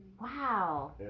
wow